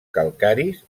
calcaris